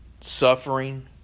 suffering